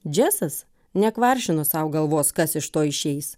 džesas nekvaršino sau galvos kas iš to išeis